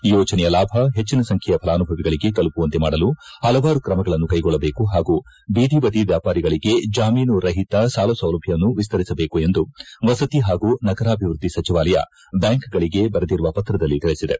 ಈ ಯೋಜನೆಯ ಲಾಭ ಹೆಚ್ಚಿನ ಸಂಖ್ಯೆಯ ಫಲಾನುಭವಿಗಳಿಗೆ ತಲುಪುವಂತೆ ಮಾಡಲು ಪಲವಾರು ಕ್ರಮಗಳನ್ನು ಕೆಗೊಳ್ಳಬೇಕು ಹಾಗೂ ಜೀದಿಬದಿ ವ್ಯಾಪಾರಿಗಳಿಗೆ ಜಾಮೀನುರಹಿತ ಸಾಲಸೌಲಭ್ಯವನ್ನು ವಿಸ್ತರಿಸಬೇಕೆಂದು ವಸತಿ ಪಾಗೂ ನಗರಾಭಿವೃದ್ದಿ ಸಚಿವಾಲಯ ಬ್ಯಾಂಕ್ಗಳಿಗೆ ಬರೆದಿರುವ ಪತ್ರದಲ್ಲಿ ತಿಳಿಸಿದೆ